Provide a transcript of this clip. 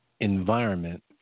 environment